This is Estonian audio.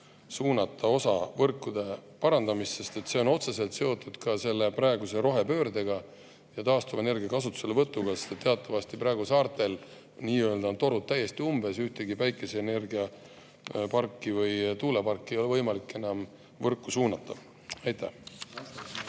suunata osa võrkude parandamisse, sest see on otseselt seotud ka praeguse rohepöördega ja taastuvenergia kasutuselevõtuga? Teatavasti praegu on saartel nii-öelda torud täiesti umbes, ühtegi päikeseenergiaparki või tuuleparki ei ole võimalik enam võrku suunata. Aitäh!